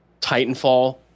Titanfall